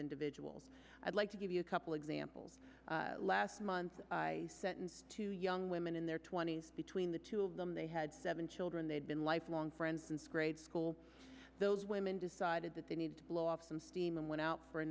individuals i'd like to give you a couple examples last month sentence two young women in their twenty's between the two of them they had seven children they had been lifelong friends since grade school those women decided that they need to blow off some steam and went out for a